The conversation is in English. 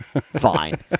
fine